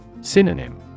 Synonym